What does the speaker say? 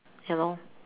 ya lor